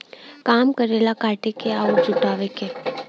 काम करेला काटे क अउर जुटावे क